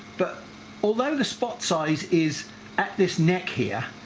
but although the spot size is at this neck here,